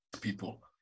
people